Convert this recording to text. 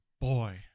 boy